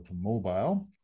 mobile